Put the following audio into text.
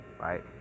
right